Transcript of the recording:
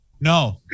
no